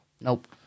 Nope